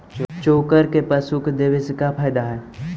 चोकर के पशु के देबौ से फायदा का है?